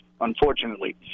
unfortunately